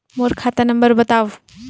मोर खाता नम्बर बताव?